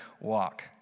walk